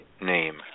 name